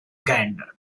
gander